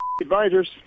Advisors